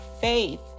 faith